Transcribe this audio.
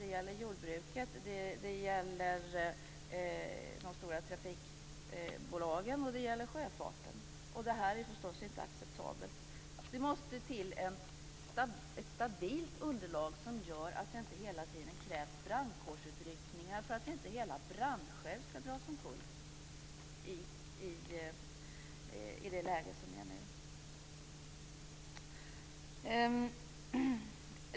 Det gäller jordbruket, de stora trafikbolagen och sjöfarten, och det är förstås inte acceptabelt. Det måste till ett stabilt underlag som gör att det inte hela tiden krävs brandkårsutryckningar för att inte hela branscher skall dras omkull i det läge som nu råder.